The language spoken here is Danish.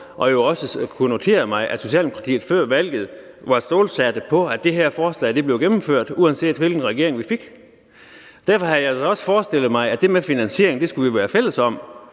og også noteret mig, at Socialdemokratiet før valget var stålsatte på, at det her forslag blev gennemført, uanset hvilken regering vi fik. Derfor havde jeg også forestillet mig, at det med finansieringen skulle vi være fælles om,